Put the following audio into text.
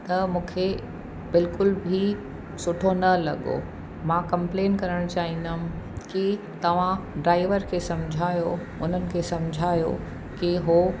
त मूंखे बिल्कुलु बि सुठो न लॻो मां कंपलेन करणु चाईंदमि की तव्हां ड्राइवर खे सम्झायो हुननि खे सम्झायो की उहो